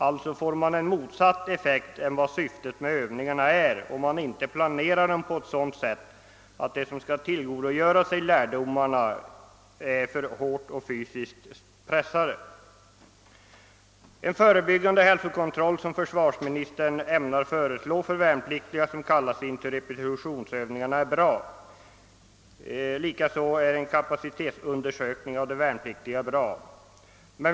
Övningarna får en motsatt effekt än den som är avsikten, om man planerar dem på ett sådant sätt, att de som skall tillgodogöra sig lärdomarna är för hårt pressade fysiskt och psykiskt. Den förebyggande hälsokontroll för värnpliktiga som kallas in till repövningar, vilken försvarsministern ämnar framlägga förslag om, är bra. Likaså är det bra med en kapacitetsundersökning av de värnpliktiga.